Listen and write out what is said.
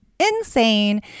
insane